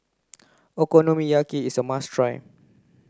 okonomiyaki is a must try